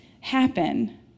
happen